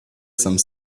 some